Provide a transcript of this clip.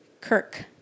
Kirk